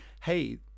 hey